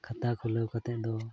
ᱠᱷᱟᱛᱟ ᱠᱷᱩᱞᱟᱹᱣ ᱠᱟᱛᱮᱫ ᱫᱚ